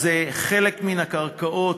אז חלק מן הקרקעות,